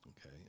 okay